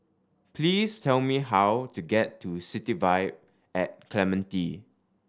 please tell me how to get to City Vibe at Clementi